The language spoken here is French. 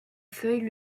feuilles